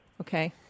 okay